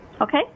Okay